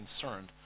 concerned